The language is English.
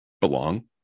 belong